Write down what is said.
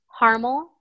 Harmel